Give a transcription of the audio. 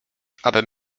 abym